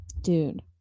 dude